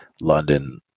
London